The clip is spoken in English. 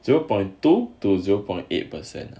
zero point two to zero point eight percent